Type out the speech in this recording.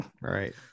Right